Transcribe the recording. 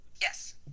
yes